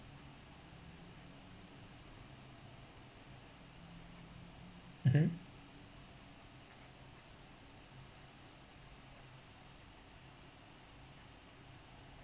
mmhmm